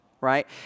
right